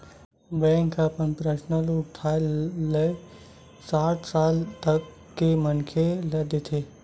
bank ह personal loan अठारह ले साठ साल तक के मनखे ल देथे